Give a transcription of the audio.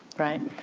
right.